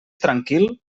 tranquil